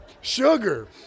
Sugar